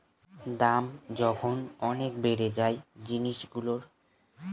দাম যখন অনেক বেড়ে যায় জিনিসগুলোর